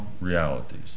realities